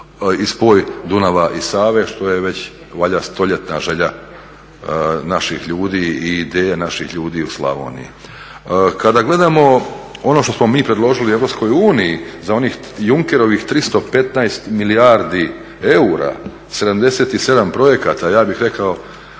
i spoj Dunava i Save što je već valjda stoljetna želja naših ljudi i ideje naših ljudi u Slavoniji. Kada gledamo ono što smo mi predložili EU za onih Junkerovih 315 milijardi eura, 77 projekata, ja bih rekao